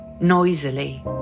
noisily